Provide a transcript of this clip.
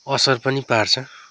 असर पनि पार्छ